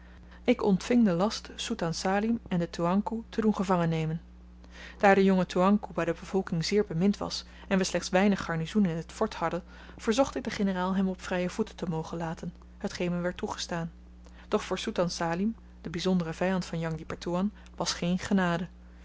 ik ontving den last soetan salim en den toeankoe te doen gevangen nemen daar de jonge toeankoe by de bevolking zeer bemind was en we slechts weinig garnizoen in t fort hadden verzocht ik den generaal hem op vrye voeten te mogen laten hetgeen me werd toegestaan doch voor soetan salim den byzonderen vyand van jang di pertoean was geen genade